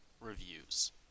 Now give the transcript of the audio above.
reviews